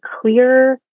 clear